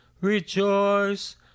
rejoice